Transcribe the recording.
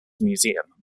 museum